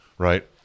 Right